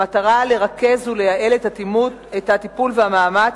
במטרה לרכז ולייעל את הטיפול והמאמץ